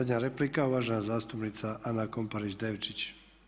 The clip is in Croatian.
Zadnja replika, uvažena zastupnica Ana Komparić Devčić.